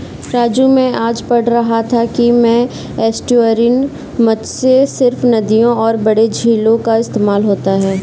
राजू मैं आज पढ़ रहा था कि में एस्टुअरीन मत्स्य सिर्फ नदियों और बड़े झीलों का इस्तेमाल होता है